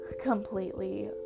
completely